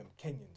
Kenyans